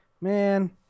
man